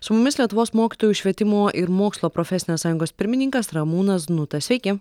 su mumis lietuvos mokytojų švietimo ir mokslo profesinės sąjungos pirmininkas ramūnas znutas sveiki